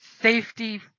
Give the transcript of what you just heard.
Safety